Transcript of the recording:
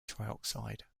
trioxide